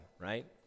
right